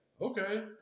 Okay